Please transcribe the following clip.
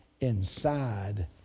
inside